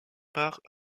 part